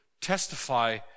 testify